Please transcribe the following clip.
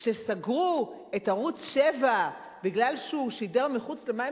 כשסגרו את ערוץ-7 מפני שהוא שידר מחוץ למים